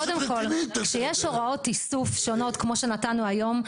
כשיש הוראות איסוף שונות כמו שנתנו היום,